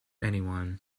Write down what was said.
anyone